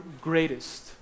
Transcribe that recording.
greatest